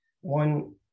One